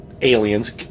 Aliens